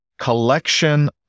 collection